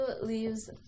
leaves